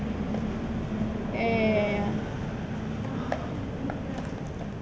eh